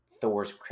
Thor's